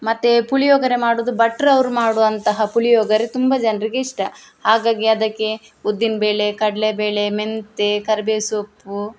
ಮತ್ತೆ ಪುಳಿಯೋಗರೆ ಮಾಡುವುದು ಭಟ್ರು ಅವರು ಮಾಡುವಂತಹ ಪುಳಿಯೋಗರೆ ತುಂಬ ಜನರಿಗೆ ಇಷ್ಟ ಹಾಗಾಗಿ ಅದಕ್ಕೆ ಉದ್ದಿನಬೇಳೆ ಕಡಲೇ ಬೇಳೆ ಮೆಂತ್ಯ ಕರ್ಬೇವು ಸೊಪ್ಪು